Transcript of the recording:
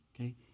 Okay